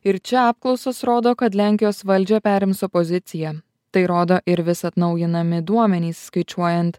ir čia apklausos rodo kad lenkijos valdžią perims opozicija tai rodo ir vis atnaujinami duomenys skaičiuojant